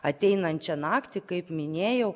ateinančią naktį kaip minėjau